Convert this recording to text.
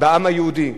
בעם היהודי.